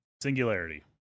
Singularity